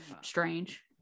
strange